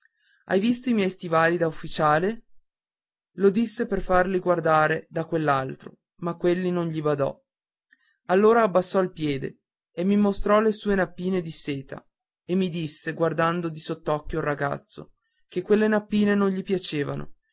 hai visto i miei stivali da ufficiale lo disse per farli guardar da quell'altro ma quegli non gli badò allora abbassò il piede e mi mostrò le sue nappine di seta e mi disse guardando di sott'occhio il ragazzo che quelle nappine di seta non gli piacevano e